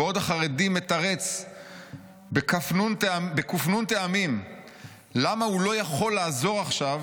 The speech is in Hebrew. בעוד החרדי מתרץ בק"ן טעמים למה הוא לא יכול לעזור עכשיו,